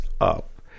up